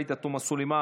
עאידה תומא סלימאן.